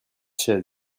chaises